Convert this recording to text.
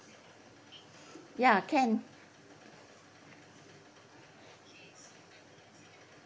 ya can